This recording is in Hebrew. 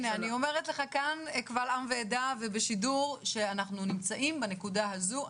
אומרת לך קבל עם ועדה ובשידור שאנחנו נמצאים בנקודה הזו.